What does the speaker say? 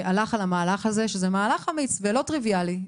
שהלך על המהלך הזה, שזה מהלך אמיץ ולא טריוויאלי.